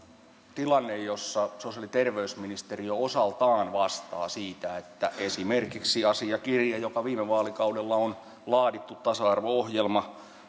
tilanne jossa sosiaali ja terveysministeriö osaltaan vastaa siitä että esimerkiksi asiakirja joka viime vaalikaudella on laadittu tasa arvo ohjelma